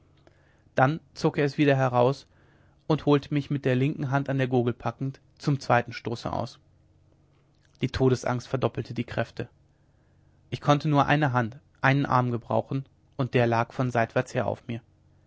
dann zog er es wieder heraus und holte mich mit der linken hand an der gurgel packend zum zweiten stoße aus die todesangst verdoppelt die kräfte ich konnte nur eine hand einen arm brauchen und er lag von seitwärts her auf mir